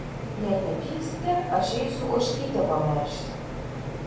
jei nepyksite aš eisiu ožkytę pamelžti